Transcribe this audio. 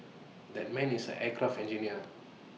that man is an aircraft engineer